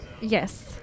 Yes